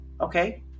okay